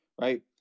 right